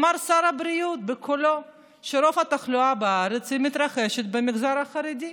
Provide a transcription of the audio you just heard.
אמר שר הבריאות בקולו שרוב התחלואה בארץ מתרחשת במגזר החרדי,